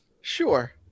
Sure